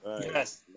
Yes